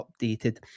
updated